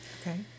okay